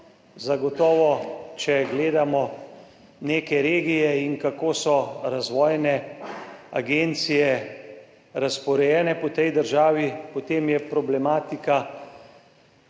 Zagotovo, če gledamo neke regije in kako so razvojne agencije razporejene po tej državi, je problematika